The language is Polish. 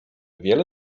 wiele